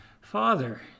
Father